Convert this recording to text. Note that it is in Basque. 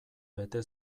bete